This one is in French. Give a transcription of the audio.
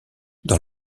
dans